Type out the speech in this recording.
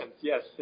yes